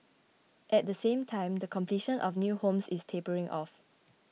at the same time the completion of new homes is tapering off